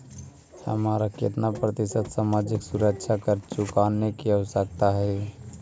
हमारा केतना प्रतिशत सामाजिक सुरक्षा कर चुकाने की आवश्यकता हई